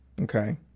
Okay